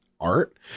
art